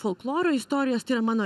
folkloro istorijos tai yra mano